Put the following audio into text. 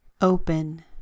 Open